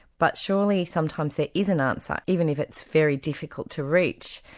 but surely sometimes there is an answer, even if it's very difficult to reach.